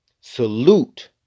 Salute